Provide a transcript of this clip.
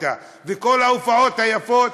וכל ההופעות היפות,